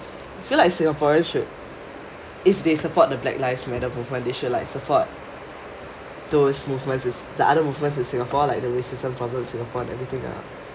ya I feel like singaporeans should if they support the black lives matter movement they should like support those movements the other movements in singapore like the racism problem in singapore and everything lah ya